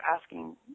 asking